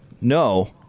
no